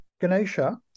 Ganesha